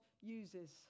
uses